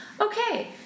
okay